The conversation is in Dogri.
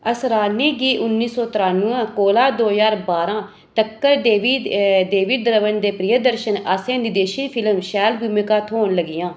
असरानी गी उन्नी सौ त्रानवै कोला उन्नी सो बारां तक्कर डेविड डेविड ध्रवन ते प्रियदर्शन आसेआ निदेशित फिल्म शैल भूमिकां थ्होन लगियां